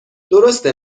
درسته